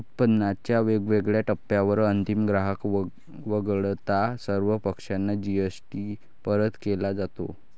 उत्पादनाच्या वेगवेगळ्या टप्प्यांवर अंतिम ग्राहक वगळता सर्व पक्षांना जी.एस.टी परत केला जातो